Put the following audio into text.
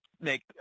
make